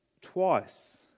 Twice